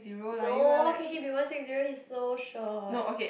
no how can he be one six zero he's so short